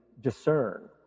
discern